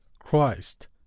Christ